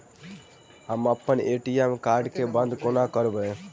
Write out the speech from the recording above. हम अप्पन ATM card केँ बंद कोना करेबै?